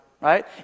right